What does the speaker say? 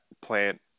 plant